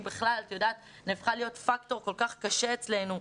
בכלל הפכה להיות פקטור כל כך קשה אצלנו.